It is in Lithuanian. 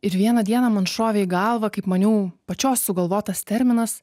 ir vieną dieną man šovė į galvą kaip maniau pačios sugalvotas terminas